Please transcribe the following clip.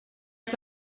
att